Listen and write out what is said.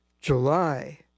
July